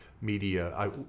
media